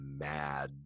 mad